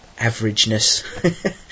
averageness